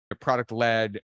product-led